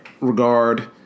regard